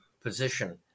position